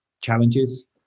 challenges